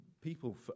people